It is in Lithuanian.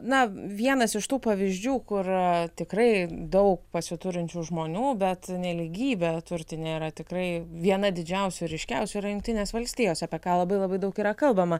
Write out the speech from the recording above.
na vienas iš tų pavyzdžių kur tikrai daug pasiturinčių žmonių bet nelygybė turtinė yra tikrai viena didžiausių ir ryškiausių yra jungtinės valstijos apie ką labai labai daug yra kalbama